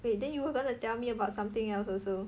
wait then you were gonna tell me about something else also